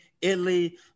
Italy